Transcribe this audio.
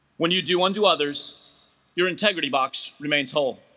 when you do unto others your integrity box remains home